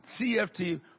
CFT